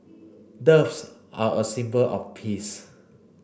doves are a symbol of peace